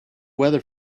weather